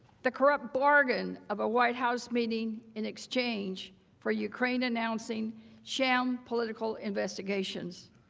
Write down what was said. the corrupt bargain of a white house meeting in exchange for ukraine announcing sham political investigations.